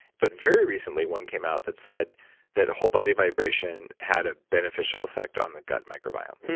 but very recently, one came out that said that whole body vibration had a beneficial effect on the gut microbiome.